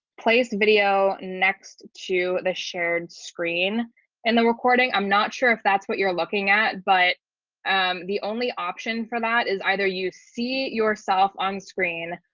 place video next to the shared screen and the recording i'm not sure if that's what you're looking at, but um the only option for that is either you see yourself on screen